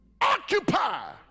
Occupy